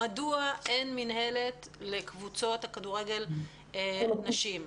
מדוע אין מינהלת לקבוצות כדורגל הנשים,